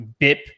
BIP